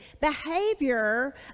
behavior